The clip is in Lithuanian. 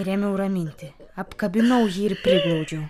ir ėmiau raminti apkabinau jį ir priglaudžiau